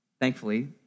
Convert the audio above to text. Thankfully